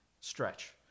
stretch